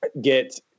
get